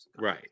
Right